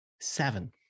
seven